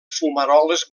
fumaroles